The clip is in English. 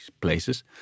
places